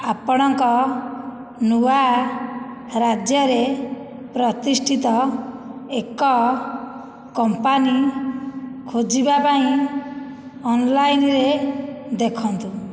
ଆପଣଙ୍କ ନୂଆ ରାଜ୍ୟରେ ପ୍ରତିଷ୍ଠିତ ଏକ କମ୍ପାନୀ ଖୋଜିବା ପାଇଁ ଅନ୍ଲାଇନ୍ରେ ଦେଖନ୍ତୁ